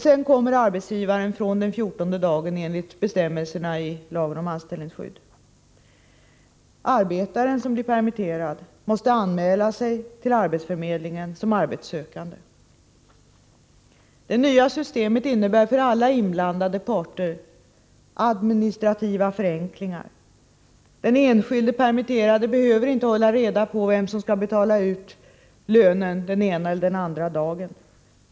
Sedan kommer arbetsgivaren in från den 14:e dagen, enligt bestämmelserna i lagen om anställningsskydd. Arbetaren som blir permitterad måste också anmäla sig till arbetsförmedlingen som arbetssökande. Det nya systemet innebär för alla inblandade parter administrativa förenklingar. Den enskilde permitterade behöver inte längre hålla reda på vem som skall betala ut lönen den ena eller andra dagen.